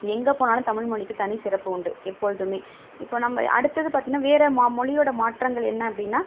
எங்கே போனாலும் தமிழ்மொழிக்கு தனி சிறப்பு உண்டு எப்பொழுதுமே இப்போ நம்ம அடுத்தது பார்த்திங்கன்னா வேறு மொழியோடய மாற்றங்கள் என்ன அப்படினா